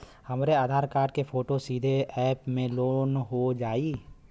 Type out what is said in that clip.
हमरे आधार कार्ड क फोटो सीधे यैप में लोनहो जाई?